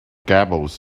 gables